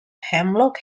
hemlock